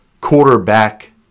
quarterback